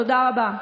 תודה רבה.